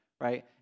right